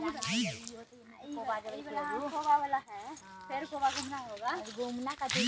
credit risk के गिनए के लेल कुछ कंपनि सऽ क्रेडिट रिस्क विभागो संचालित करइ छै